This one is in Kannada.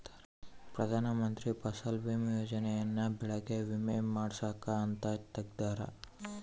ಪ್ರಧಾನ ಮಂತ್ರಿ ಫಸಲ್ ಬಿಮಾ ಯೋಜನೆ ಯನ್ನ ಬೆಳೆಗೆ ವಿಮೆ ಮಾಡ್ಸಾಕ್ ಅಂತ ತೆಗ್ದಾರ